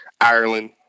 Ireland